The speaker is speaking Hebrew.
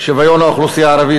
"שוויון האוכלוסייה הערבית,